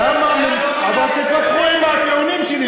אבל תתווכחו עם הטיעונים שלי,